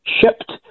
shipped